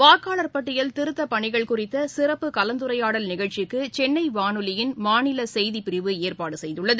வாக்காளர் பட்டியல் திருத்தப் பணிகள் குறித்தசிறப்பு கலந்துரையாடல் நிகழ்ச்சிக்குசென்னைவானொலியின் மாநிலசெய்திப் பிரிவு ஏற்பாடுசெய்துள்ளது